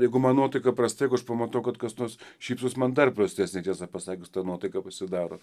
jeigu man nuotaika prasta pamatau kad kas nors šypsosi man dar prastesnę tiesą pasakius ta nuotaika pasidaro